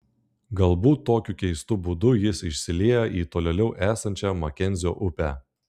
galbūt tokiu keistu būdu jis išsilieja į tolėliau esančią makenzio upę